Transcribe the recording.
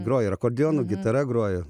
groja ir akordeonu gitara groja